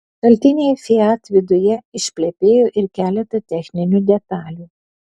šaltiniai fiat viduje išplepėjo ir keletą techninių detalių